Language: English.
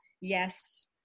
yes